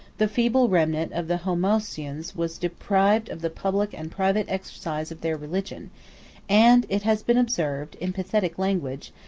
the feeble remnant of the homoousians was deprived of the public and private exercise of their religion and it has been observed, in pathetic language,